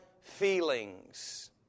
feelings